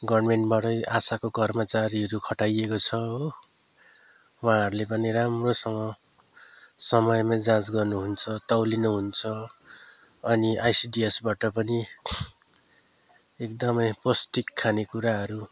गर्मेन्टबाटै आशाको कर्मचारीहरू खटाइएको छ हो वहाँहरूले पनि राम्रोसँग समयमै जाँच गर्नुहुन्छ तौलिनुहुन्छ अनि आइसिडिएसबाट पनि एकदमै पौष्टिक खानेकुराहरू